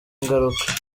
ingaruka